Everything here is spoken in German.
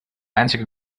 einzige